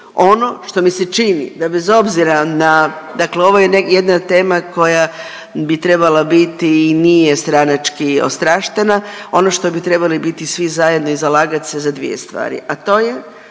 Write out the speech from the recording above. Ono što mi se čini da bez obzira na, dakle ovo je jedna tema koja bi trebala biti i nije stranački ostraštena, ono što bi trebali biti svi zajedno i zalagat se za dvije stvari, a to je